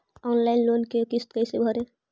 Online loan के किस्त कैसे भरे?